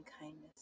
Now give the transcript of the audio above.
kindness